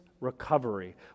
recovery